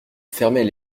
fermait